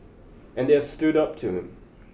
and they have stood up to him